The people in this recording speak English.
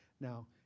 Now